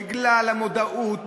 בגלל המודעות,